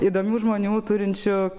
įdomių žmonių turinčių